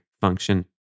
function